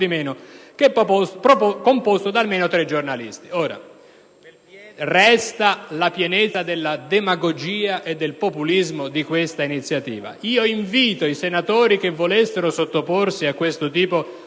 niente di meno, da almeno tre giornalisti. Resta la pienezza della demagogia e del populismo di questa iniziativa. Invito i senatori che volessero sottoporsi a questo tipo di